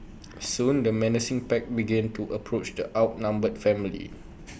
soon the menacing pack began to approach the outnumbered family